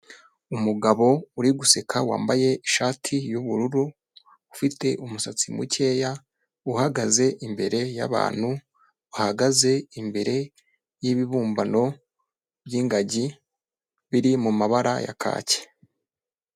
Umugabo uri guseka wambaye ishati y'ubururu, ufite umusatsi mukeya, uhagaze imbere y'abantu bahagaze imbere y'ibibumbano by'ingagi biri mu mabara ya kaki.